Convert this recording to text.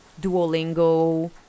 Duolingo